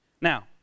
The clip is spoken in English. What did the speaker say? now